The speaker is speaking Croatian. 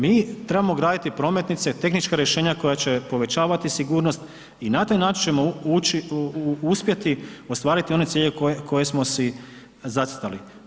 Mi trebamo graditi prometnice tehnička rješenja koja će povećavati sigurnost i na taj način ćemo uspjeti ostvariti one ciljeve koje smo si zacrtali.